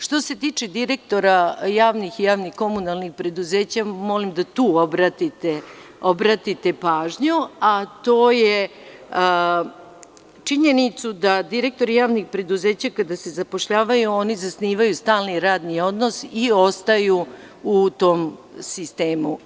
Što se tiče direktora javnih i javnih komunalnih preduzeća, molim da tu obratite pažnju, a to je činjenica da direktori javnih preduzeća kada se zapošljavaju oni zasnivaju stalni radni odnos i ostaju u tom sistemu.